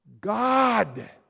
God